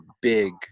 big